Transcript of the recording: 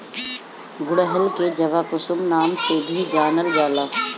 गुड़हल के जवाकुसुम नाम से भी जानल जाला